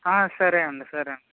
సరే అండి సరే